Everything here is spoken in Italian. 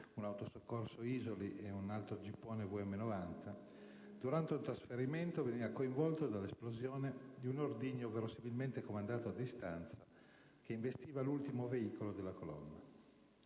un autosoccorso ISOLI e un altro gippone VM-90, durante un trasferimento veniva coinvolto nell'esplosione di un ordigno, verosimilmente comandato a distanza, che investiva l'ultimo veicolo della colonna.